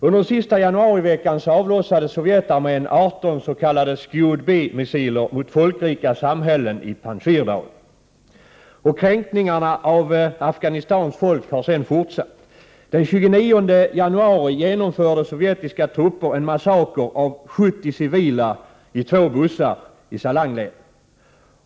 Under sista januariveckan avlossade Sovjetarmén 18 s.k. Scude B-missiler mot folkrika samhällen i Panjshirdalen. Och kränkningarna av Afghanistans folk fortsätter. Den 29 januari genomförde sovjetiska trupper en massaker av 70 civila i två bussar i Salangleden.